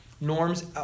Norms